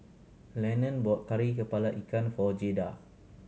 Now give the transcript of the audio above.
Lennon bought Kari Kepala Ikan for Jaeda